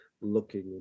looking